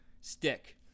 Stick